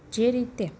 જે રીતે